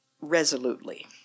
resolutely